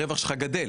הרווח שלך גדל,